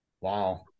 Wow